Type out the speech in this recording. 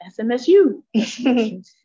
SMSU